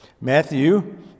Matthew